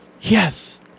yes